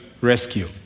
rescue